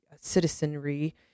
citizenry